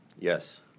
Yes